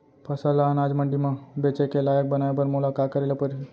फसल ल अनाज मंडी म बेचे के लायक बनाय बर मोला का करे ल परही?